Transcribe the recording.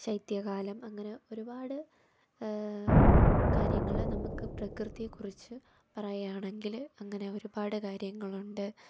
ശൈത്യകാലം അങ്ങനെ ഒരുപാട് കാര്യങ്ങൾ നമുക്ക് പ്രകൃതിയെക്കുറിച്ച് പറയാണെങ്കിൽ അങ്ങനെ ഒരുപാട് കാര്യങ്ങളുണ്ട്